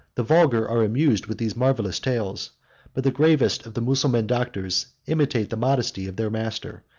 the vulgar are amused with these marvellous tales but the gravest of the mussulman doctors imitate the modesty of their master,